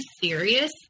serious